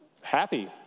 happy